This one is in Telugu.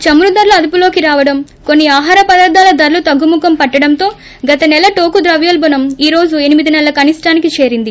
చమురు ధరలు అదుపులోకి రావడం కొన్ని ఆహార పదార్గాల ధరలు తగ్గుముఖం పట్టడంతో గత సెల టోకు ద్రవ్యోల్పణం ఈ రోజు ఎనిమిది సేలల కనిష్దానికి చేరింది